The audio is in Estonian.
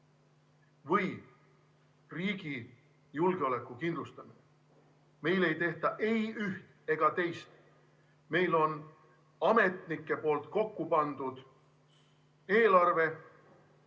või riigi julgeoleku kindlustamine. Meil ei tehta ei üht ega teist. Meil on ametnike kokku pandud eelarve,